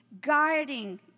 guarding